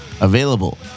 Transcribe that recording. Available